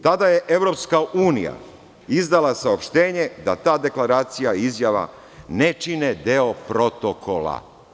Tada je EU izdala saopštenje da ta deklaracija, izjava ne čine deo protokola.